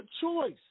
choice